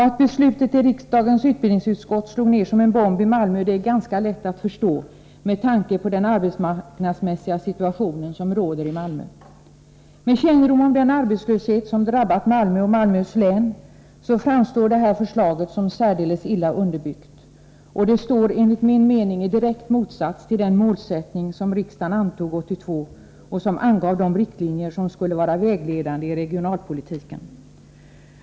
Att beslutet i riksdagens utbildningsutskott slog ner som en bomb i Malmö är ganska lätt att förstå, med tanke på den arbetsmarknadsmässiga situation som råder i Malmö. Med kännedom om den arbetslöshet som har drabbat Malmö och Malmöhus län framstår förslaget som särdeles illa underbyggt. Och det står enligt min mening i direkt motsats till den målsättning som riksdagen antog 1982 och som angav de riktlinjer som skulle vara vägledande i regionalpolitiken.